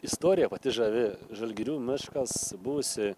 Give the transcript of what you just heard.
istorija pati žavi žalgirių miškas buvusi